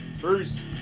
Bruce